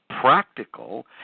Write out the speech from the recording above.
practical